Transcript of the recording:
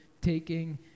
taking